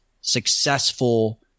successful